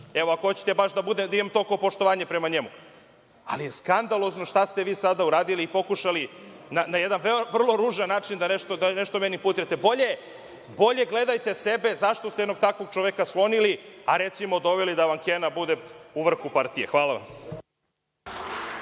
Evo, ako hoćete baš da imam toliko poštovanja prema njemu, ali je skandalozno šta ste vi sada uradili i pokušali na jedan vrlo ružan način da nešto meni imputirate. Bolje gledajte sebe zašto ste jednog takvog čoveka sklonili, a recimo doveli da vam Kena bude u vrhu partije. Hvala.